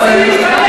הם רוצים להשתלב,